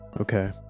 Okay